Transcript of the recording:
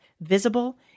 visible